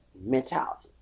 mentality